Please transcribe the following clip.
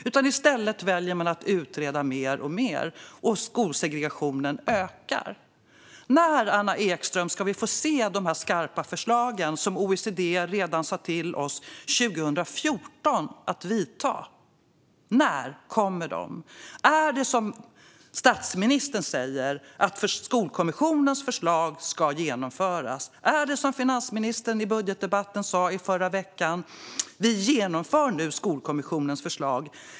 I stället väljer man att utreda mer och mer, och skolsegregationen ökar. När, Anna Ekström, ska vi få se de skarpa åtgärder som OECD sa till oss redan 2014 att vi skulle vidta? När kommer de? Är det så som statsministern säger - att Skolkommissionens förslag ska genomföras? Är det så som finansministern sa i budgetdebatten i förra veckan - att vi nu genomför Skolkommissionens förslag?